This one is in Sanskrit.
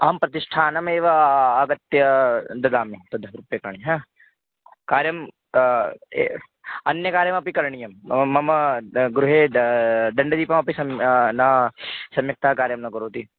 अहं प्रतिष्ठानमेवा आगत्य ददामि तद् रूप्यकाणि हा कार्यं का ए अन्यकार्यमपि करणीयं मम मम द गृहे द दण्डदीपमपि सम् न सम्यक्तया कार्यं न करोति